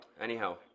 Anyhow